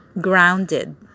grounded